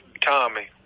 Tommy